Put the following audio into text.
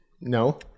no